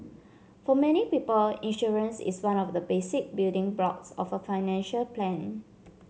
for many people insurance is one of the basic building blocks of a financial plan